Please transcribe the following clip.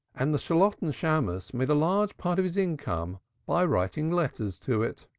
and the shalotten shammos made a large part of his income by writing letters to it.